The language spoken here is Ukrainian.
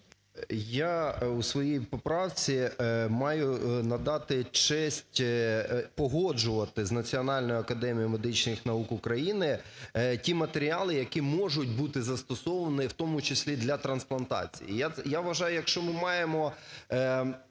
Я у своїй поправці маю надати честь погоджувати з Національною академією медичних наук України ті матеріали, які можуть бути застосовані, в тому числі, і для трансплантації. Я вважаю, якщо ми маємо